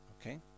okay